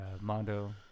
Mondo